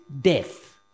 death